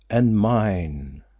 and mine.